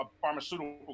pharmaceutical